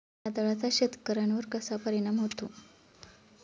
वादळाचा शेतकऱ्यांवर कसा परिणाम होतो?